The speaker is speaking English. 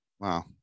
Wow